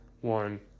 one